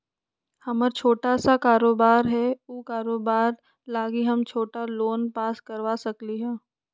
हमर छोटा सा कारोबार है उ कारोबार लागी हम छोटा लोन पास करवा सकली ह?